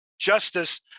justice